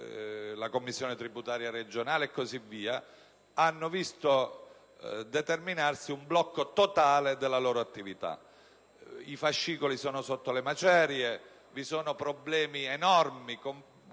e Commissione tributaria regionale, hanno visto determinarsi un blocco totale della loro attività. I fascicoli sono sotto le macerie e vi sono problemi enormi;